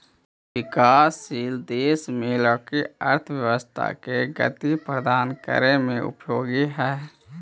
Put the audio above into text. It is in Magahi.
विकासशील देश में लकड़ी अर्थव्यवस्था के गति प्रदान करे में उपयोगी हइ